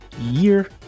year